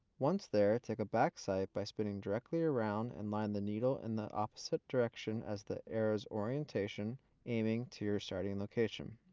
once there, take a back site by spinning directly around and line the needle in the opposite direction as the arrow's orientation aiming to your starting location.